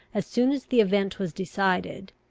as soon as the event was decided,